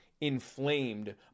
inflamed